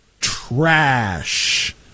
trash